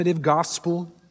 gospel